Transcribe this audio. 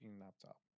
laptop